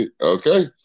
Okay